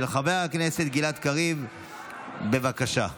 של חבר הכנסת צביקה פוגל התקבלה בקריאה הטרומית,